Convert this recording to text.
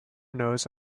nose